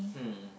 hmm